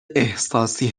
احساسی